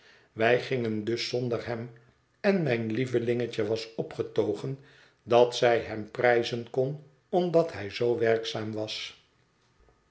wij gingen dus zonder hem en mijn lievelingetje was opgetogen dat zij hem prijzen kon omdat hij zoo werkzaam was